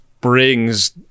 brings